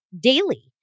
daily